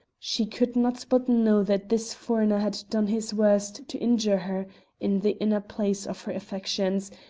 she could not but know that this foreigner had done his worst to injure her in the inner place of her affections,